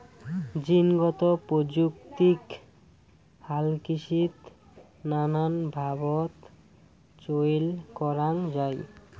জীনগত প্রযুক্তিক হালকৃষিত নানান ভাবত চইল করাঙ যাই